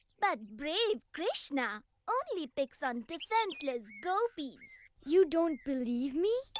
but brave krishna only picks on defenseless gopis. you don't believe me?